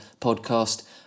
podcast